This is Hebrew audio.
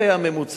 זה היה הממוצע.